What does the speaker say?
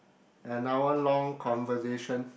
another long conversation